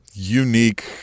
unique